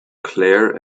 clare